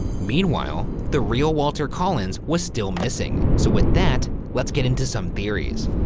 meanwhile, the real walter collins was still missing. so, with that, let's get into some theories.